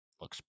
looks